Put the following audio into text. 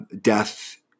death